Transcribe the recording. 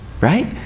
right